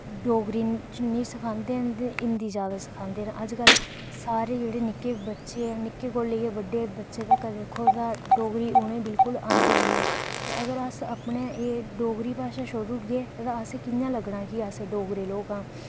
डोगरी च निं सखांदे न ते हिंदी जादै सखांदे न अज्जकल सारे जेह्ड़े निक्के बच्चे न निक्के कोला लेइयै बड्डे बच्चे तगर दिक्खो तां डोगरी बिलकुल उ''''नेंगी आंदी निं ऐ ते अगर अस अपने एह् डोगरी भाशा छोड़ी ओड़गे ते असेंगी कि'यां लग्गना की अस डोगरे लोक आं